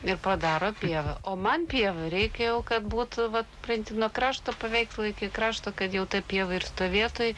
ir padaro pievą o man pievą reikia jau kad būtų vat nuo krašto paveikti iki krašto kad jau ta pieva ir toj vietoj